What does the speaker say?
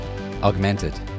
Augmented